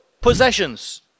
possessions